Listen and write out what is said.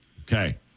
Okay